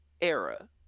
era